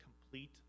complete